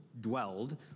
dwelled